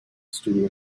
studio